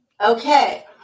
Okay